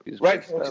Right